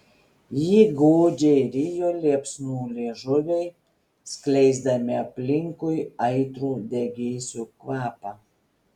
jį godžiai rijo liepsnų liežuviai skleisdami aplinkui aitrų degėsių kvapą